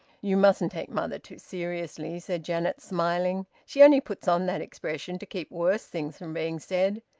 you mustn't take mother too seriously, said janet, smiling. she only puts on that expression to keep worse things from being said.